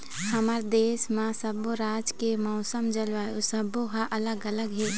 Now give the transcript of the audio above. हमर देश म सब्बो राज के मउसम, जलवायु सब्बो ह अलग अलग हे